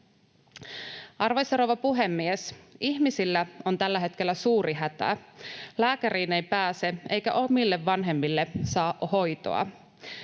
Arvoisa rouva puhemies! Ihmisillä on tällä hetkellä suuri hätä: lääkäriin ei pääse, eikä omille vanhemmille saa hoitoa.